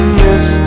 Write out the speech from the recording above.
miss